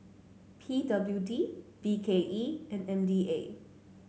P W D B K E and M D A